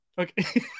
Okay